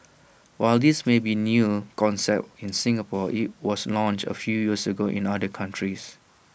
while this may be new concept in Singapore IT was launched A few years ago in other countries